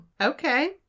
Okay